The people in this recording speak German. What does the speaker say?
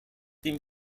dem